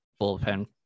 bullpen